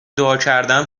دعاکردم